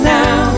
now